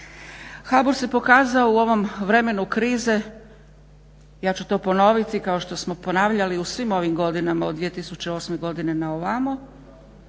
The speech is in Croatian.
HBOR se pokazao u ovom vremenu krize ja ću to ponoviti kao što smo ponavljali u svim ovim godinama od 2008. godine na ovamo